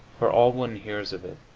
for all one hears of it,